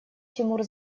тимур